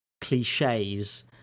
cliches